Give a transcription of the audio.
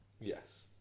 Yes